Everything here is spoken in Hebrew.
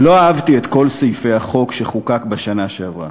לא אהבתי את כל סעיפי החוק שחוקק בשנה שעברה,